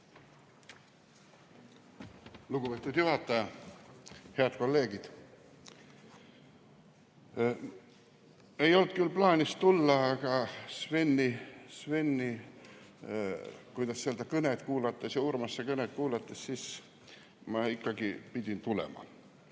Lugupeetud juhataja! Head kolleegid! Ei olnud küll plaanis siia tulla, aga sai Sveni, kuidas öelda, kõnet kuulatud ja Urmase kõnet kuulatud ning ma ikkagi pidin tulema.